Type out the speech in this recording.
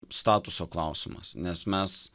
statuso klausimas nes mes